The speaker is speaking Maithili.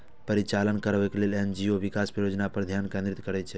परिचालन करैबला एन.जी.ओ विकास परियोजना पर ध्यान केंद्रित करै छै